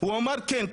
הוא אמר כן.